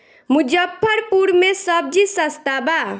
मुजफ्फरपुर में सबजी सस्ता बा